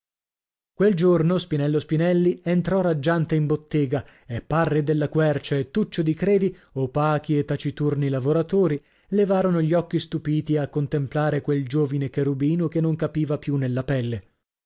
quel giorno spinello spinelli entrò raggiante in bottega e parri della quercia e tuccio di credi opachi e taciturni lavoratori levarono gli occhi stupiti a contemplare quel giovine cherubino che non capiva più nella pelle